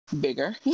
bigger